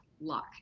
luck